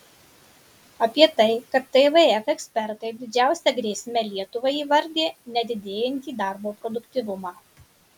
apie tai kad tvf ekspertai didžiausia grėsme lietuvai įvardija nedidėjantį darbo produktyvumą